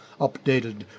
updated